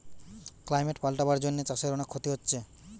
climate পাল্টাবার জন্যে চাষের অনেক ক্ষতি হচ্ছে